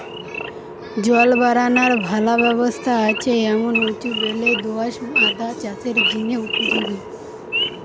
জল বারানার ভালা ব্যবস্থা আছে এমন উঁচু বেলে দো আঁশ আদা চাষের জিনে উপযোগী